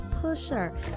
pusher